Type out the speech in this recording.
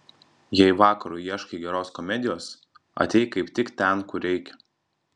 jei vakarui ieškai geros komedijos atėjai kaip tik ten kur reikia